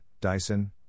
Dyson